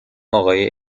آقای